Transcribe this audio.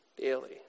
daily